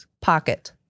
Pocket